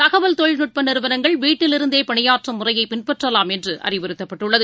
தகவல் தொழில்நுட்பநிறுவனங்கள் வீட்டில் இருந்தேபணியாற்றும் முறையபின்பற்றலாம் என்றுஅறிவுறுத்தப்பட்டுள்ளது